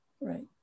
right